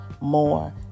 More